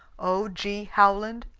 o. g. howland,